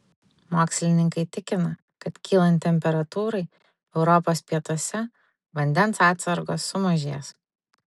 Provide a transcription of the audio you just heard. mokslininkai tikina kad kylant temperatūrai europos pietuose vandens atsargos sumažės